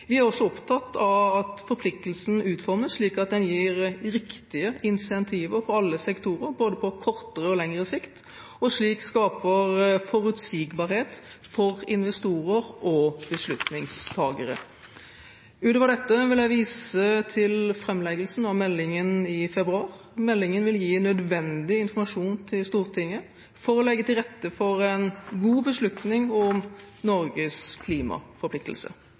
Vi er også opptatt av at forpliktelsen utformes slik at den gir riktige incentiver for alle sektorer, både på kortere og lengre sikt, og slik skaper forutsigbarhet for investorer og beslutningstakere. Utover dette vil jeg vise til framleggelsen av meldingen i februar. Meldingen vil gi nødvendig informasjon til Stortinget for å legge til rette for en god beslutning om Norges